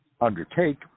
undertake